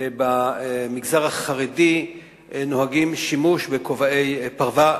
במגזר החרדי נוהגים שימוש בכובעי פרווה,